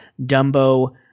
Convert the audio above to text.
Dumbo –